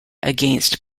against